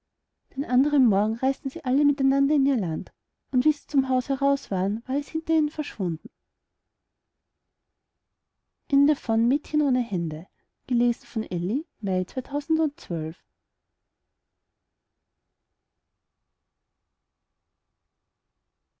den andern morgen reisten sie allemiteinander in ihr land und wie sie zum haus heraus waren war es hinter ihnen verschwunden